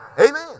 Amen